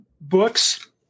books